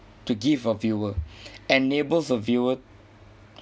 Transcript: to give a viewer enables a viewer